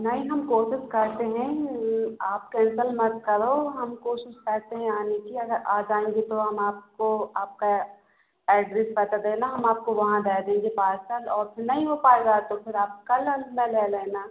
नहीं हम कोशिश करते हैं आप कैंसल मत करो हम कोशिश करते हैं आने की अगर आ जाएँगे तो हम आपको आपका एड्रेस पता देना हम आपको वहाँ दे देंगे पार्सल और फिर नहीं हो पाएगा तो फिर आप कल अपना ले लेना